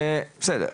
בסדר,